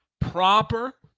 Proper